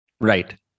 Right